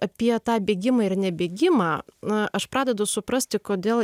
apie tą bėgimą ir nebėgimą na aš pradedu suprasti kodėl